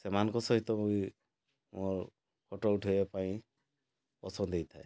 ସେମାନଙ୍କ ସହିତ ମୁଇଁ ମୋ ଫଟୋ ଉଠାଇବା ପାଇଁ ପସନ୍ଦ ହେଇଥାଏ